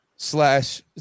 slash